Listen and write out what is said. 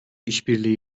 işbirliği